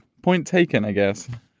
point taken, i guess.